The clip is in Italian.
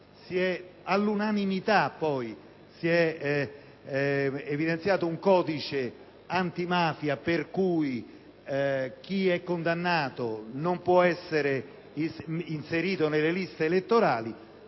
all'unanimità si è evidenziato un codice antimafia per cui chi è condannato non può essere inserito nelle liste elettorali,